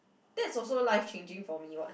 that's also life changing for me [what]